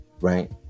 Right